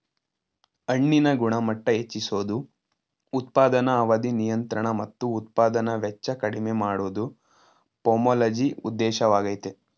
ಹಣ್ಣಿನ ಗುಣಮಟ್ಟ ಹೆಚ್ಚಿಸೋದು ಉತ್ಪಾದನಾ ಅವಧಿ ನಿಯಂತ್ರಣ ಮತ್ತು ಉತ್ಪಾದನಾ ವೆಚ್ಚ ಕಡಿಮೆ ಮಾಡೋದು ಪೊಮೊಲಜಿ ಉದ್ದೇಶವಾಗಯ್ತೆ